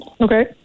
Okay